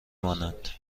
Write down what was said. مانند